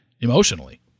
emotionally